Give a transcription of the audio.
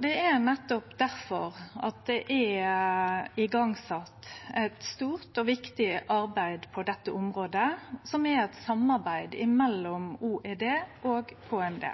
Det er nettopp difor det på dette området er sett i gang eit stort og viktig arbeid som er eit samarbeid mellom OED og KMD.